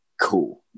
cool